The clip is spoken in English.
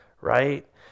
right